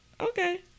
Okay